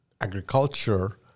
Agriculture